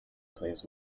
plays